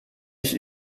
ich